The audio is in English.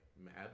mad